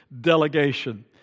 delegation